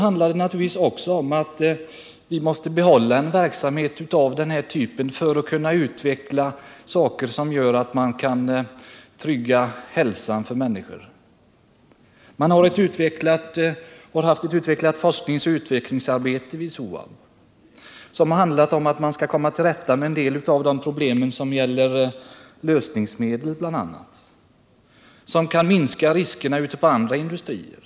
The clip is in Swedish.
Sedan är det ju också så, att vi måste behålla en verksamhet av denna typ för att kunna utveckla sådant som gör att man kan säkra människors hälsa. Man har haft ett avancerat forskningsoch utvecklingsarbete vid SOAB, som bl.a. siktat på att komma till rätta med vissa av de problem som gäller lösningsmedel och som skulle kunna minska riskerna vid andra industrier.